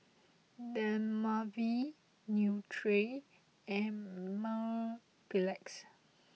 Dermaveen Nutren and Mepilex